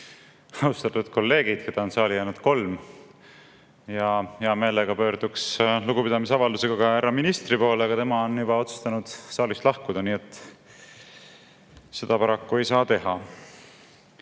Austatud kolleegid, keda on saali jäänud kolm! Hea meelega pöörduksin lugupidamisavaldusega ka härra ministri poole, aga tema on juba otsustanud saalist lahkuda, nii et seda paraku ei saa teha.